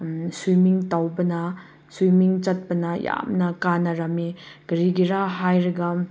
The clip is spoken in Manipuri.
ꯁ꯭ꯋꯤꯃꯤꯡ ꯇꯧꯕꯅ ꯁ꯭ꯋꯤꯃꯤꯡ ꯆꯠꯄꯅ ꯌꯥꯝꯅ ꯀꯥꯟꯅꯔꯝꯃꯤ ꯀꯔꯤꯒꯤꯔ ꯍꯥꯏꯔꯒ